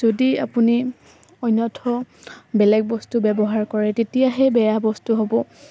যদি আপুনি অন্যথ বেলেগ বস্তু ব্যৱহাৰ কৰে তেতিয়াহে বেয়া বস্তু হ'ব